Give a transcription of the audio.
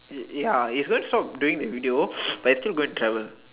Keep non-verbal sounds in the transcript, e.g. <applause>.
ya he's going to stop doing the video <noise> but he's still going to travel